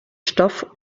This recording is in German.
stoff